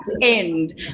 end